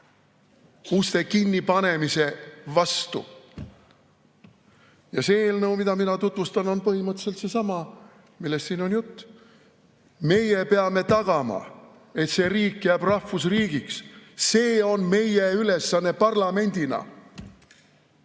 uste kinnipanemise vastu. See eelnõu, mida mina tutvustan, on põhimõtteliselt seesama, millest siin on juba juttu olnud. Meie peame tagama, et see riik jääks rahvusriigiks. See on meie ülesanne parlamendina.